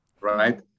right